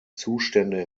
zustände